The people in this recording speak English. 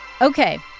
Okay